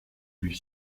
lui